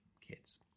kids